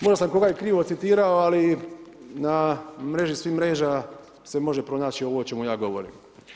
Možda sam koga i krivo citirao, ali na mreži svih mreža se može pronaći ovo o čemu ja govorim.